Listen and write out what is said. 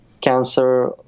cancer